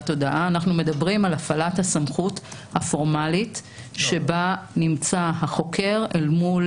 הודעה על הפעלת הסמכות הפורמלית בה נמצא החוקר אל מול